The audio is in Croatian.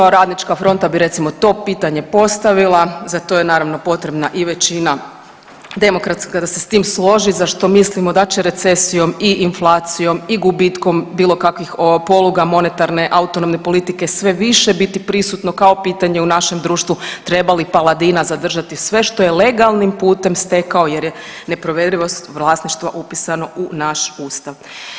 Radnička fronta bi recimo to pitanje postavila, za to je naravno potrebna i većina demokratska da se s tim složi za što mislimo da će recesijom i inflacijom i gubitkom bilo kakvih poluga monetarne, autonomne politike sve više biti prisutno kao pitanje u našem društvu treba li Paladina zadržati sve što je legalnim putem stekao jer je nepovredljivost vlasništva upisano u naš Ustav.